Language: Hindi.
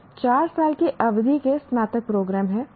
कुछ 4 साल की अवधि के स्नातक प्रोग्राम हैं